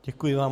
Děkuji vám.